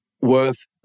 worth